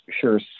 sure